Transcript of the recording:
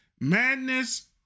Madness